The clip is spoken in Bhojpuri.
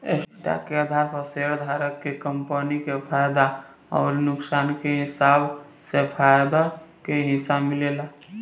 स्टॉक के आधार पर शेयरधारक के कंपनी के फायदा अउर नुकसान के हिसाब से फायदा के हिस्सा मिलेला